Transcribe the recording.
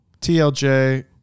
TLJ